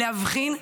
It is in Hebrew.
להבחין,